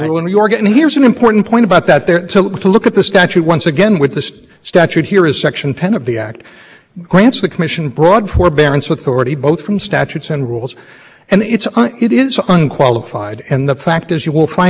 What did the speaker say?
and say we don't need that specific protections up to fifty one to fifty two there were some that tailoring aspect comes in you don't have to take all of the what comes along with the two fifty one and two fifty two in order to protect